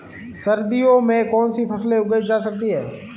सर्दियों में कौनसी फसलें उगाई जा सकती हैं?